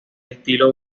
estilo